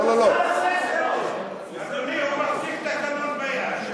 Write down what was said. הוא מחזיק תקנון ביד.